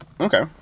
Okay